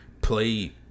play